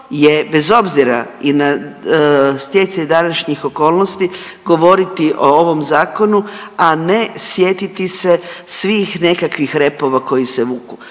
je bez obzira i na stjecaj današnjih okolnosti govoriti o ovom zakonu, a ne sjetiti se svih nekakvih repova koji se vuku.